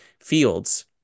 fields